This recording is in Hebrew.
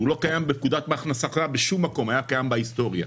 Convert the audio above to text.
היה קיים בהיסטוריה,